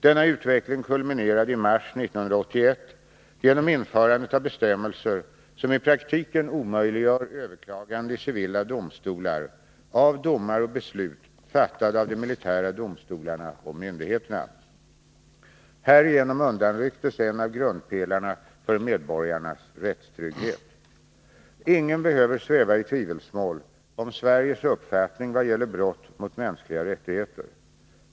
Denna utveckling kulminerade i mars 1981 genom införandet av bestämmelser som i praktiken omöjliggör överklagande icivila domstolar av domar och beslut fattade av de militära domstolarna och myndigheterna. Härigenom undanrycktes en av grundpelarna för medborgarnas rättstrygghet. Ingen behöver sväva i tvivelsmål om Sveriges uppfattning vad gäller brott mot mänskliga rättigheter.